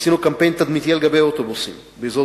עשינו קמפיין תדמיתי על גבי אוטובוסים באזור